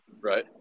right